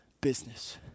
business